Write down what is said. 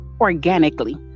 organically